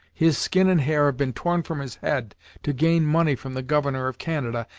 his skin and hair have been torn from his head to gain money from the governor of canada,